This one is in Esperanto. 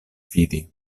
fidi